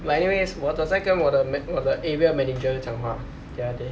but anyways 我在跟我的 area manager 讲话 the other day